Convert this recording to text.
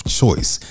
choice